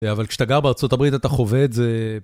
אבל כשאתה גר בארצות הברית אתה חווה את זה.